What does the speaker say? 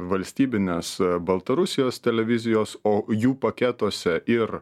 valstybines baltarusijos televizijos o jų paketuose ir